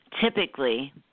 typically